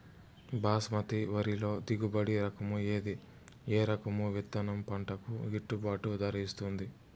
బాస్మతి వరిలో దిగుబడి రకము ఏది ఏ రకము విత్తనం పంటకు గిట్టుబాటు ధర ఇస్తుంది